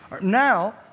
Now